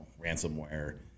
ransomware